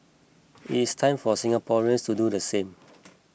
it is time for Singaporeans to do the same